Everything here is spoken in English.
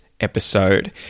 episode